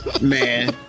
Man